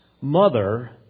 mother